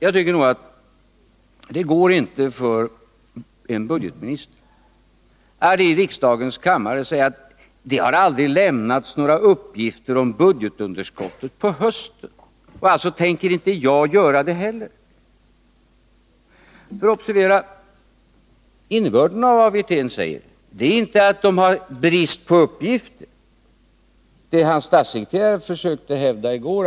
En budgetminister får inte, som herr Wirtén nyss gjorde, i riksdagen säga att det aldrig har lämnats några uppgifter om budgetunderskott på hösten och att han därför inte heller tänker göra det. Innebörden i det herr Wirtén säger är inte att det saknas uppgifter, vilket hans statssekreterare försökte säga i går.